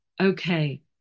okay